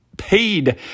paid